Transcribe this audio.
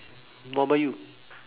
what about you